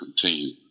continue